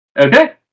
Okay